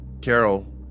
Carol